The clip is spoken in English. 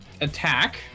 attack